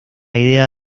idea